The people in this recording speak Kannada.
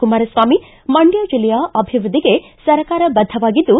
ಕುಮಾರಸ್ವಾಮಿ ಮಂಡ್ಕ ಜಿಲ್ಲೆಯ ಅಭಿವೃದ್ಧಿಗೆ ಸರ್ಕಾರ ಬದ್ದವಾಗಿದ್ದು